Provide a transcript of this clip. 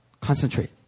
concentrate